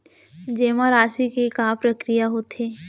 जेमा राशि के का प्रक्रिया होथे?